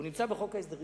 הוא נמצא בחוק ההסדרים